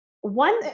One